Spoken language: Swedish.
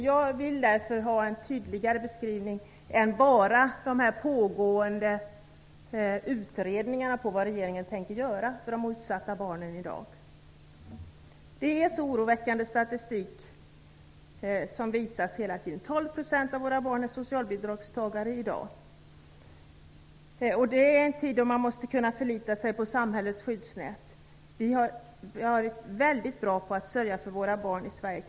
Jag vill därför ha en tydligare beskrivning av vad regeringen tänker göra för de utsatta barnen än bara dessa hänvisningar till pågående utredningar. Statistiken är hela tiden oroväckande. 12 % av våra barn är i dag beroende av socialbidrag, och detta i en tid då man måste kunna förlita sig på samhällets skyddsnät. Vi har varit väldigt bra på att sörja för våra barn i Sverige.